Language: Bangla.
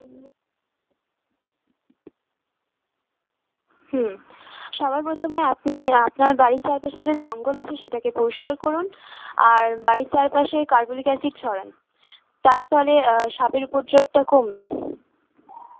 হুম সবার প্রথমে আপনি আপনার বাড়ির চারপাশে যে জঙ্গল আছে সেটাকে পরিষ্কার করুন আর বাড়ির চারপাশে কার্বলিক অ্যাসিড ছড়ান তার ফলে সাপের উপদ্রবটা কমবে